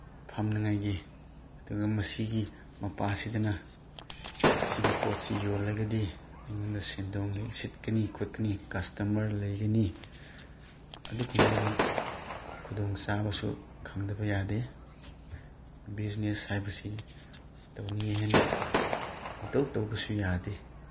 ꯐꯝꯅꯉꯥꯏꯒꯤ ꯑꯗꯨꯒ ꯃꯁꯤꯒꯤ ꯃꯄꯥꯁꯤꯗꯅ ꯁꯤꯒꯤ ꯄꯣꯠꯁꯤ ꯌꯣꯜꯂꯒꯗꯤ ꯑꯩꯉꯣꯟꯗ ꯁꯦꯟꯗꯣꯡ ꯁꯤꯠꯀꯅꯤ ꯈꯣꯠꯀꯅꯤ ꯀꯁꯇꯃꯔ ꯂꯩꯒꯅꯤ ꯑꯗꯨꯒꯨꯝꯕꯒꯤ ꯈꯨꯗꯣꯡ ꯆꯥꯕꯁꯨ ꯈꯪꯗꯕ ꯌꯥꯗꯦ ꯕꯤꯖꯤꯅꯦꯁ ꯍꯥꯏꯕꯁꯤ ꯇꯧꯅꯤꯡꯉꯤ ꯍꯥꯏꯅ ꯄꯪꯇꯧ ꯇꯧꯕꯁꯨ ꯌꯥꯗꯦ